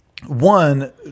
One